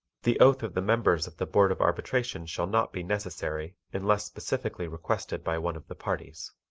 the oath of the members of the board of arbitration shall not be necessary unless specifically requested by one of the parties.